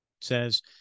says